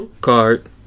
card